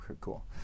cool